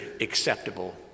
acceptable